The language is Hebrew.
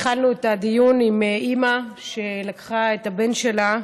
התחלנו את הדיון עם אימא שלקחה את הבן שלה